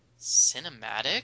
Cinematic